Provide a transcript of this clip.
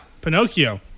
Pinocchio